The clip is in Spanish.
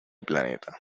planeta